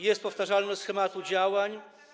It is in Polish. Jest powtarzalność schematu działań.